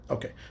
Okay